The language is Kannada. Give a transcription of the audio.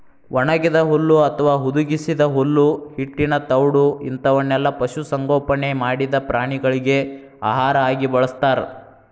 ಒಣಗಿದ ಹುಲ್ಲು ಅತ್ವಾ ಹುದುಗಿಸಿದ ಹುಲ್ಲು ಹಿಟ್ಟಿನ ತೌಡು ಇಂತವನ್ನೆಲ್ಲ ಪಶು ಸಂಗೋಪನೆ ಮಾಡಿದ ಪ್ರಾಣಿಗಳಿಗೆ ಆಹಾರ ಆಗಿ ಬಳಸ್ತಾರ